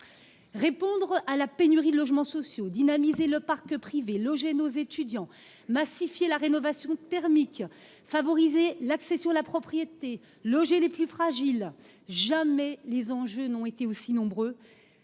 Répondre à la pénurie de logements sociaux, dynamiser le parc privé, loger nos étudiants, massifier la rénovation thermique, favoriser l’accession à la propriété, loger les plus fragiles… Jamais les enjeux n’ont été aussi nombreux.